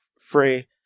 free